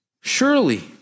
Surely